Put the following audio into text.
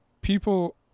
people